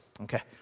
okay